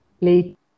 late